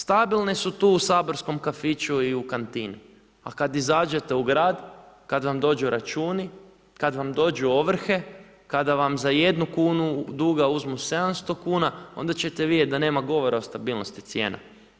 Stabilne su tu u saborskom kafiću i u kantini ali kada izađete u grad, kada vam dođu računi, kada vam dođu ovrhe, kada vam za 1 kunu duga uzmu 700 kuna onda ćete vidjeti da nema govora o stabilnosti cijena.